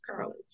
College